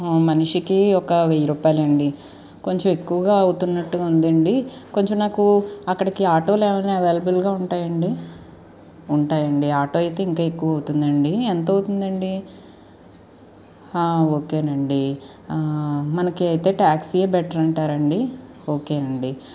మనిషికి ఒక వెయ్యి రూపాయలు అండీ కొంచెం ఎక్కువగా అవుతున్నట్టుగా ఉందండీ కొంచెం నాకు అక్కడికి ఆటోలు ఏమైనా అవైలబుల్గా ఉంటాయండీ ఉంటాయండీ ఆటో అయితే ఇంకా ఎక్కువ అవుతుంది అండీ ఎంత అవుతుంది అండీ ఓకే అండీ మనకి అయితే ట్యాక్సీఏ బెటర్ అంటారండీ ఓకే అండీ